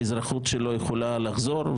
האזרחות שלו יכולה לחזור.